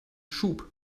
schub